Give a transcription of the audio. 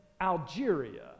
Algeria